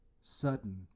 sudden